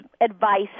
advice